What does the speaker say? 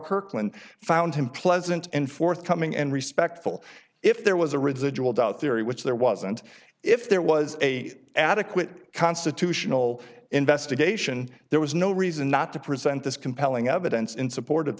kirkland found him pleasant and forthcoming and respectful if there was a residual doubt theory which there wasn't if there was a adequate constitutional investigation there was no reason not to present this compelling evidence in support of